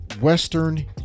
Western